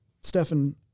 Stefan